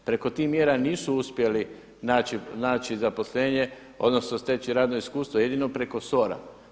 Preko tih mjera nisu uspjeli naći zaposlenje odnosno steći radno iskustvo jedino preko SOR-a.